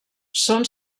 són